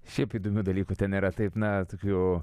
šiaip įdomių dalykų ten yra taip na tokių